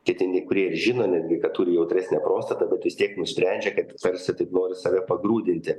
ketini kurie ir žino netgi kad turi jautresnę prostatą bet vis tiek nusprendžia kad tarsi taip nori save pagrūdinti